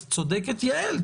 אז צודקת יעל,